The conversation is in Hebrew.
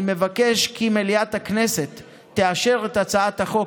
אני מבקש כי מליאת הכנסת תאשר את הצעת החוק